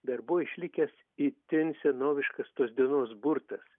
dar buvo išlikęs itin senoviškas tos dienos burtas